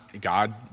God